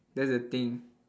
that's the thing